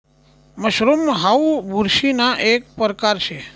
mushroom हाऊ बुरशीना एक परकार शे